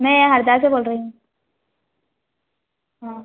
मैं हरदा से बोल रही हूँ हाँ